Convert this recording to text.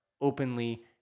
openly